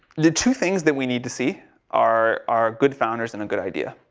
the two things that we need to see are, are good founders and a good idea.